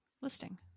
Listing